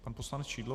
Pan poslanec Šidlo.